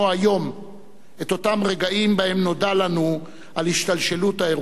את אותם הרגעים שבהם נודע לנו על השתלשלות האירועים במינכן.